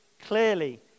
clearly